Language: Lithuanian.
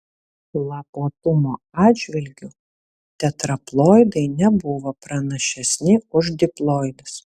lapuotumo atžvilgiu tetraploidai nebuvo pranašesni už diploidus